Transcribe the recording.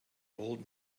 old